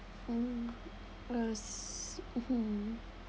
uh